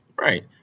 right